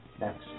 next